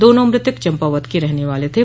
दोनों मृतक चम्पावत के रहने वाले थे